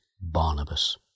Barnabas